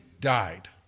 died